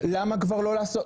למה כבר לא לעשות?